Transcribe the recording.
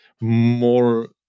more